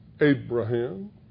Abraham